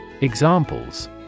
Examples